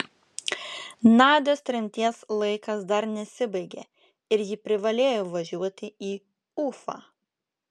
nadios tremties laikas dar nesibaigė ir ji privalėjo važiuoti į ufą